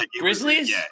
Grizzlies